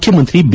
ಮುಖ್ಯಮಂತ್ರಿ ಬಿ